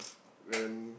and